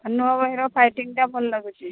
ଅନୁଭବ ଭାଇର ଫାଇଟିଙ୍ଗଟା ଭଲ ଲାଗୁଛି